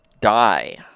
die